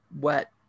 wet